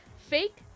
Fake